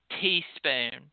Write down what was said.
teaspoon